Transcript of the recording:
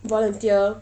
volunteer